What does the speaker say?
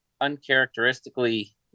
uncharacteristically